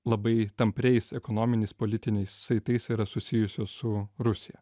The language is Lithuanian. labai tampriais ekonominiais politiniais saitais yra susijusios su rusija